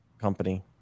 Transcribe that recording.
company